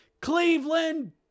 Cleveland